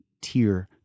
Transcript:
tier